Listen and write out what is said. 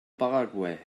paraguay